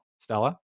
Stella